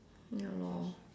ya lor